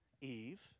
Eve